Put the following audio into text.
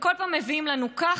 וכל פעם מביאים לנו ככה,